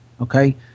Okay